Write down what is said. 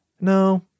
no